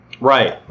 Right